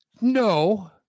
No